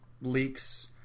leaks